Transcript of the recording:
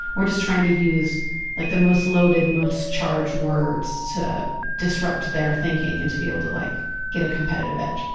we're just trying to use like the most loaded most charged words to disrupt their thinking and to be able to like get a competitive edge.